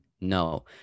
No